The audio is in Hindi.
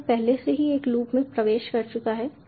तो यह पहले से ही एक लूप में प्रवेश कर चुका है